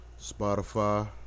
Spotify